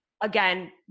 again